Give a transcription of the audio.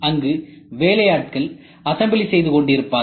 அங்கு வேலை ஆட்கள் அசம்பிளி செய்து கொண்டு இருப்பார்கள்